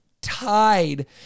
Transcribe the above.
tied